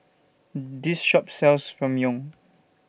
This Shop sells Ramyeon